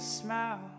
smile